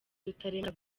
rutaremara